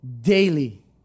daily